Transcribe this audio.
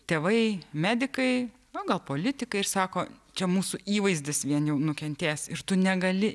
tėvai medikai o gal politikai sako čia mūsų įvaizdis vieni nukentės ir tu negali